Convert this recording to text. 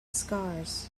scars